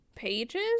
pages